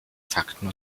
fakten